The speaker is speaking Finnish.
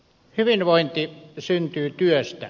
hyvinvointi syntyy työstä